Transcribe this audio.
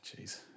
Jeez